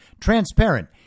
transparent